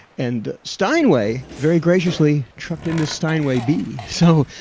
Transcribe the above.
and steinway very graciously trucked in this steinway b. so